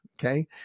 okay